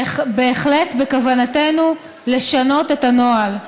ובהחלט בכוונתנו לשנות את הנוהל.